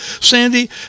Sandy